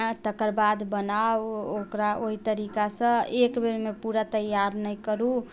तकरबाद बनाउ ओकरा ओइ तरीकासँ एक बेरमे पूरा तैयार नहि करू